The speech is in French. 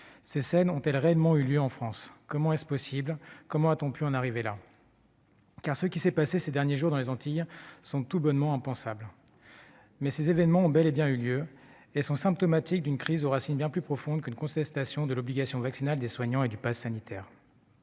telles scènes ont-elles réellement eu lieu en France ? Comment est-ce possible ? Comment a-t-on pu en arriver là ? Ce qui s'est passé ces derniers jours dans les Antilles semble tout bonnement impensable, mais ces événements ont bel et bien eu lieu. Ils sont symptomatiques d'une crise aux racines bien plus profondes qu'une contestation de l'obligation vaccinale des soignants et du passe sanitaire.